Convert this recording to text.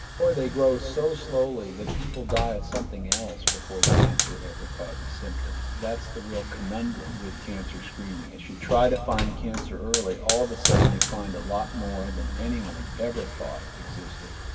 or they grow so slowly that people die of something else before the cancer ever causes symptoms. that's the real conundrum with cancer screening. if you try to find cancer early, all of a sudden you find a lot more than anyone ever thought existed.